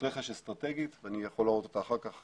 רכש אסטרטגית, ואני יכול להראות אותה אחר כך